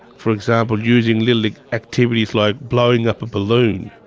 for example using little activities like blowing up a balloon.